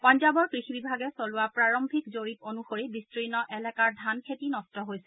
পঞ্জাবৰ কৃষি বিভাগে চলোৱা প্ৰাৰম্ভিক জৰীপ অনুসৰি বিস্তৰ্ণ এলেকাৰ ধান খেতি নষ্ট হৈছে